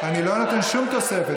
אני לא נותן שום תוספת.